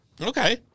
Okay